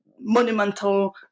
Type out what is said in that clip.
monumental